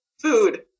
food